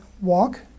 walk